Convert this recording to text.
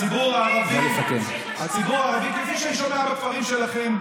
הציבור הערבי, כפי שאני שומע בכפרים שלכם,